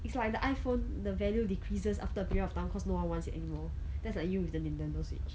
it's like the iphone the value decreases after a period of time cause no one wants it anymore that's like you with the nintendo switch